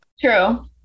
True